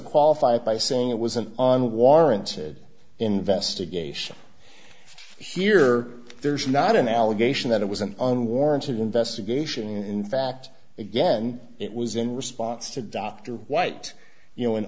qualify it by saying it was an on warranted investigation here there's not an allegation that it was an unwarranted investigation in fact again it was in response to dr white you know